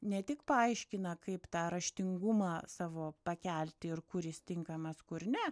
ne tik paaiškina kaip tą raštingumą savo pakelti ir kur jis tinkamas kur ne